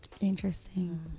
Interesting